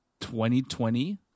2020